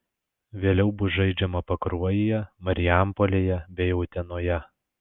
vėliau bus žaidžiama pakruojyje marijampolėje bei utenoje